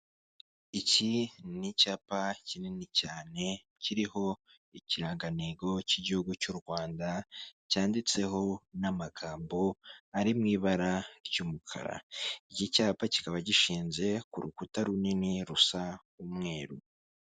Iki ni icyapa kinini cyane kiriho ikirangantego cy'Igihugu cy'u Rwanda cyanditseho n'amagambo ari mu ibara ry'umukara. Iki cyapa kikaba gishinze ku rukuta runini rusa umweru.